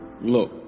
Look